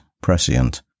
prescient